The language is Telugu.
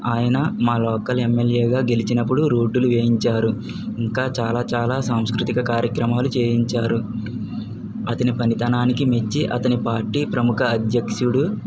ఆయన మా లోకల్ ఎమ్మెల్యేగా గెలిచినప్పుడు రోడ్డులు వేయించారు ఇంకా చాలా చాలా సంస్కృతిక కార్యక్రమాలు చేయించారు అతని పనితనానికి మెచ్చి అతని పార్టీ అధ్యక్షుడు